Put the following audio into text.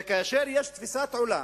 כאשר יש תפיסת עולם